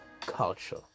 culture